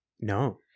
no